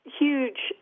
huge